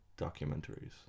documentaries